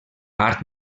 art